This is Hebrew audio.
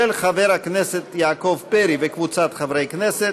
של חבר הכנסת יעקב פרי וקבוצת חברי הכנסת.